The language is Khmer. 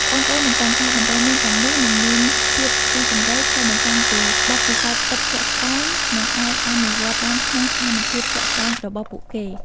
ប្អូនៗរំពឹងថាដំបូន្មានទាំងនោះនឹងមានភាពស៊ីជម្រៅ ឆ្លុះបញ្ចាំងពីបទពិសោធន៍ពិតជាក់ស្ដែង និងអាចអនុវត្តបានក្នុងស្ថានភាពជាក់ស្ដែងរបស់ពួកគេ។